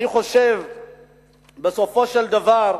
אני חושב שבסופו של דבר,